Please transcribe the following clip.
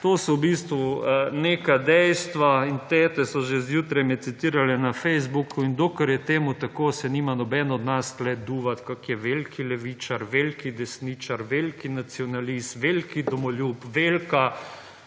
To so v bistvu neka dejstva in tete so že zjutraj me citirale na Facebooku in dokler je temu tako, se nima nobeden od nas tukaj duvati kako je veliki levičar veliki desničar, veliki nacionalist, veliki domoljub, velika